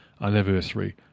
anniversary